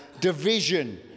division